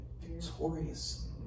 victorious